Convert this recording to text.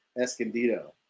Escondido